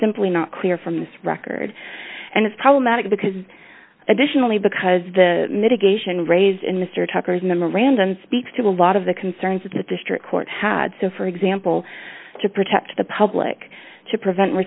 simply not clear from this record and it's problematic because additionally because the mitigation raised in mr tucker's memorandum speaks to a lot of the concerns that the district court had so for example to protect the public to prevent